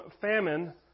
famine